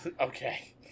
Okay